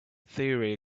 theory